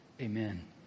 Amen